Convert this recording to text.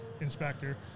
inspector